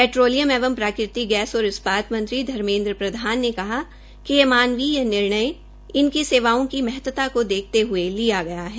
petroleum एवं प्राकृतिक gas और इस्पात मंत्री धर्मेद्र प्रधान ने कहा कि ये मानवीय निर्णय इनकी सेवाओं की स्रक्षा को देखते हये लिया गया है